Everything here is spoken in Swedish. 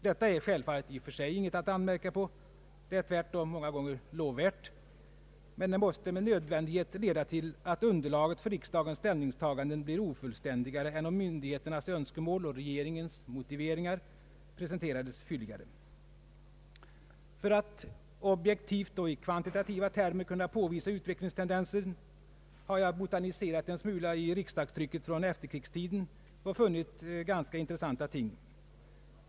Detta är självfallet i och för sig inget att anmärka på; det är tvärtom många gånger lovvärt, men det måste med nödvändighet leda till att underlaget för riksdagens ställningstagande blir ofullständigare, än om myndigheternas önskemål och regeringens motiveringar presenterades fylligare. För att objektivt och i kvantitativa termer kunna påvisa utvecklingstendensen har jag botaniserat en smula i riks dagstrycket från efterkrigstiden och funnit ganska intressanta ting.